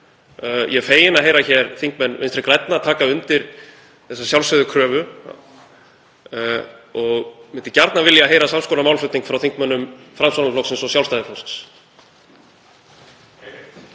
Ég er feginn að heyra þingmenn Vinstri grænna taka undir þessa sjálfsögðu kröfu og myndi gjarnan vilja heyra sams konar málflutning frá þingmönnum Framsóknarflokksins og Sjálfstæðisflokksins.